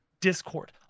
Discord